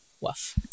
woof